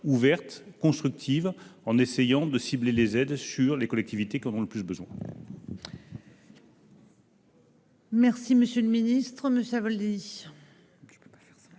ouverte et constructive, en nous efforçant de cibler les aides sur les collectivités qui en ont le plus besoin.